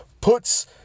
puts